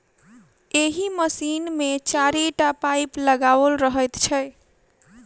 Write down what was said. एहि मशीन मे चारिटा पाइप लगाओल रहैत छै